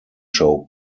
show